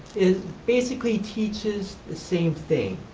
it basically teaches the same thing.